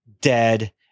dead